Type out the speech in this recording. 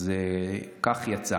כך יצא